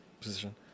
position